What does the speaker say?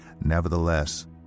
Nevertheless